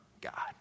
God